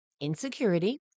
insecurity